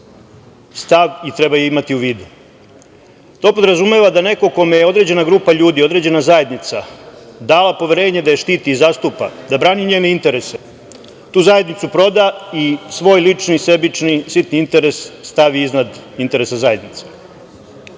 stav i treba je imati u vidu. To podrazumeva da neko kome je određena grupa ljudi određena zajednica dala poverenje da je štiti i zastupa, da brani njene interese tu zajednicu proda i svoj lični i sebični sitni interes stavi iznad interesa zajednice. Naš